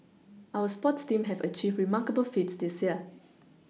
our sports teams have achieved remarkable feats this year